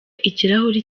ikirahuri